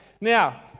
Now